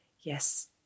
Yes